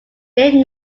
did